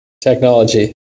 technology